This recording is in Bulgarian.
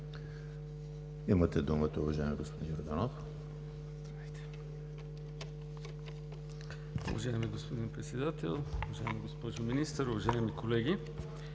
Имате думата, уважаеми господин Йорданов.